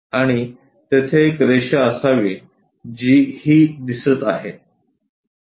आणि तेथे एक रेषा असावी जी ही दिसत आहे